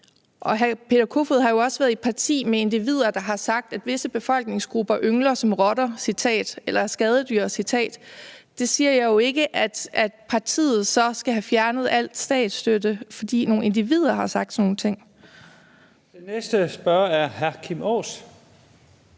Hr. Peter Kofod har jo også været i parti med individer, der har sagt, at visse befolkningsgrupper – citat – avler som rotter eller skadedyr. Der siger jeg jo ikke, at partiet så skal have fjernet al statsstøtte, fordi nogle individer har sagt sådan nogle ting. Kl. 11:54 Første næstformand